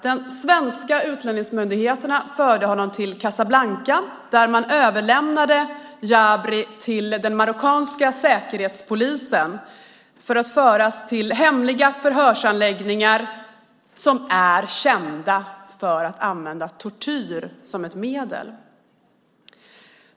De svenska utlänningsmyndigheterna förde honom till Casablanca där Jabri överlämnades till den marockanska säkerhetspolisen för att sedan bli förd till hemliga förhörsanläggningar som är kända för att använda tortyr som ett medel.